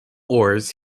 oars